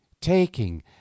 taking